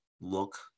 look